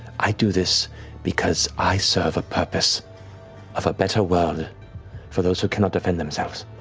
i do this because i serve a purpose of a better world for those who cannot defend themselves.